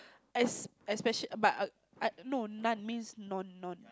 as as special but I I no not means non non